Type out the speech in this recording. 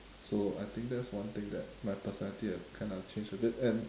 so I think that's one thing that my personality has kind of changed a bit and